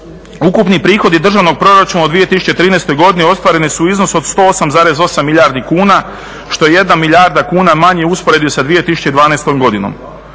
ukupni prihodi državnog proračuna u 2013. godini ostvarene su u iznosu od 108,8 milijardi kuna što je jedna milijarda kuna manje u usporedbi sa 2012. godinom.